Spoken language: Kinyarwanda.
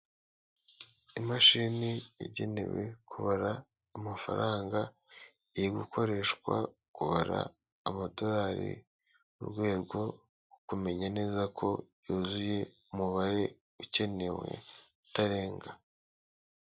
Imashini igenewe kubara amafaranga, iri gukoreshwa kubara amadolari mu rwego rwo kumenya neza ko yuzuye umubare ukenewe utarenga.